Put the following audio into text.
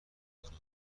مطالعه